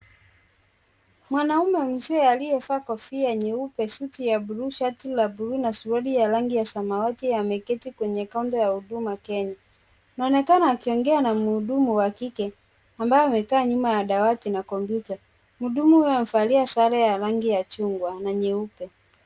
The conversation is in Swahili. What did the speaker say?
Mwanaume mzee aliyevaa kofia nyeupe, suti ya bluu, shati la bluu na suruali ya rangi ya samawati wameketi kwenye ya Huduma Kenya. Anaonekana akiongea na mhudumu wa kike ambaye amekaa nyuma ya dawati na kompyuta. Mhudumu huyu amevalia sare ya rangi ya chungwa na nyeupe.